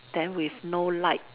then with no lights